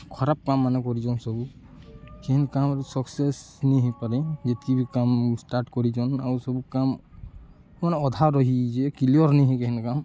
ଖରାପ୍ କାମ୍ ମାନେ କରିଚନ୍ ସବୁ କେହେନ୍ କାମ୍ରେ ସକ୍ସେସ୍ ନି ହେଇପାରି ଯେତ୍କି ବି କାମ୍ ଷ୍ଟାର୍ଟ୍ କରିଚନ୍ ଆଉ ସବୁ କାମ୍ ମାନେ ଅଧା ରହିଯାଇଛେ କ୍ଲିଅର୍ ନି ହେଇ କେହେନି କାମ୍